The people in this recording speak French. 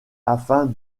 afin